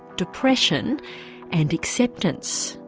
depression and acceptance.